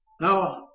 Now